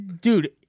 dude